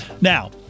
Now